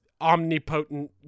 omnipotent